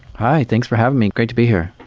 hi. thanks for having me. great to be here.